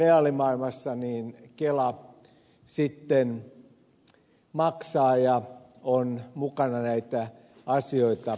reaalimaailmassa kela sitten maksaa ja on mukana näitä asioita hoitamassa